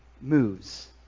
moves